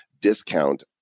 discount